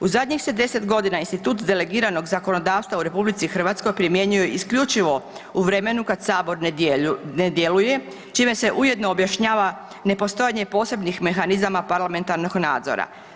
U zadnjih se 10 godina institut delegiranog zakonodavstva u Republici Hrvatskoj primjenjuje isključivo u vremenu kada Sabor ne djeluje čime se ujedno objašnjava ne postojanje posebnih mehanizama parlamentarnog nadzora.